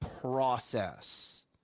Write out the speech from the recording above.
process